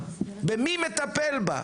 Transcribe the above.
ומי מטפל בה?